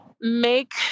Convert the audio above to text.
make